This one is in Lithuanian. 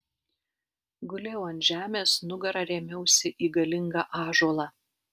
gulėjau ant žemės nugara rėmiausi į galingą ąžuolą